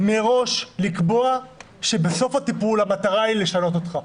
מראש לקבוע שבסוף הטיפול המטרה היא לשנות אותך.